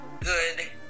good